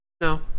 No